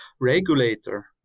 regulator